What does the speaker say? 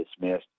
dismissed